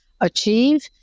achieve